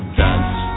dance